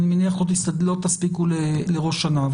אני מניח שלא יספיקו לראש השנה,